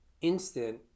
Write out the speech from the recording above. instant